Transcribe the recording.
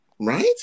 Right